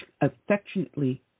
affectionately